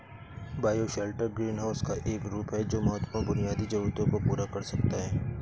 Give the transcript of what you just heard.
bioshelter greenhouse का एक रूप है जो महत्वपूर्ण बुनियादी जरूरतों को पूरा कर सकता है